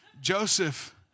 Joseph